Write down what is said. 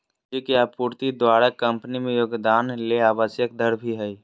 पूंजी के आपूर्ति द्वारा कंपनी में योगदान ले आवश्यक दर भी हइ